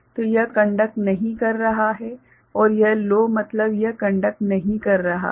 तो यह कंडक्ट नहीं कर रहा है और यह लो मतलब यह कंडक्ट नहीं कर रहा है